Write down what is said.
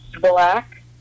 black